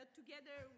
together